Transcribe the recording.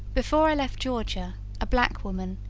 before i left georgia a black woman,